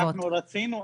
אנחנו רצינו.